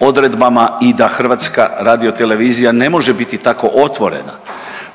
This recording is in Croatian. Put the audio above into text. odredbama i da HRT ne može biti tako otvorena